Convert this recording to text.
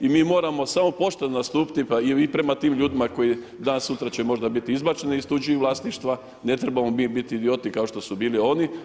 I mi moramo samo pošteno nastupiti i prema tim ljudima koji će danas sutra možda biti izbačeni iz tuđih vlasništva, ne trebamo mi biti idioti kao što su bili oni.